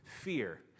fear